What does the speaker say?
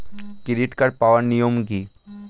Credit card পাওয়ার নিয়ম কী?